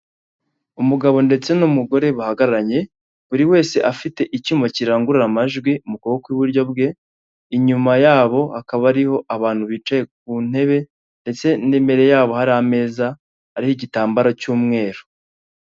Umugabo ndetse n'umugore bahagararanye, buri wese afite icyuma kirangurura amajwi mu kuboko kw'iburyo bwe, inyuma yabo hakaba hariho abantu bicaye ku ntebe ndetse n'imbere yabo hari ameza ariho igitambaro cy'umweru.